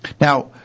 Now